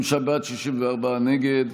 55 בעד, 64 נגד.